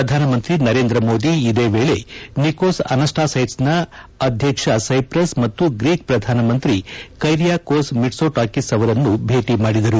ಪ್ರಧಾನಮಂತ್ರಿ ನರೇಂದ್ರ ಮೋದಿ ಇದೇ ವೇಳೆ ನಿಕೋಸ್ ಅನಸ್ಸಾಸ್ಟೆಡ್ಸ್ನ ಅಧ್ಯಕ್ಷ ಸೈಪ್ರಸ್ ಮತ್ತು ಗ್ರೀಕ್ ಪ್ರಧಾನಮಂತ್ರಿ ಕೈರಿಯಾಕೋಸ್ ಮಿಟ್ಪೋಣಾಕಿಸ್ ಅವರನ್ನು ಭೇಟಿ ಮಾಡಿದರು